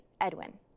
Edwin